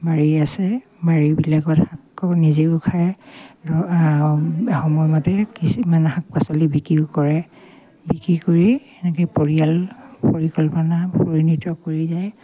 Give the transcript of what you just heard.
বাৰী আছে বাৰীবিলাকত শাক নিজেও খায় সময়মতে কিছুমানে শাক পাচলি বিক্ৰীও কৰে বিক্ৰী কৰি এনেকে পৰিয়াল পৰিকল্পনা কৰি যায়